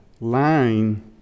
line